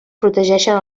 protegeixen